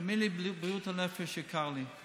תאמין לי שבריאות הנפש יקרה לי.